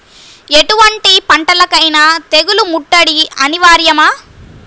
ఎటువంటి పంటలకైన తెగులు ముట్టడి అనివార్యమా?